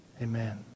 Amen